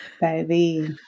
Baby